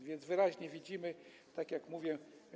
A więc wyraźnie to widzimy, tak jak mówię.